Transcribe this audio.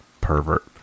pervert